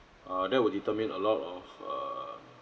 uh that will determine a lot of um